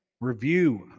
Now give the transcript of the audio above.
review